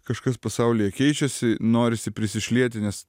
kažkas pasaulyje keičiasi norisi prisišlieti nes